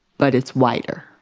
but it's whiter